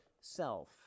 self